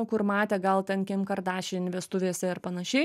kur matė gal ten kim kardašian vestuvėse ir panašiai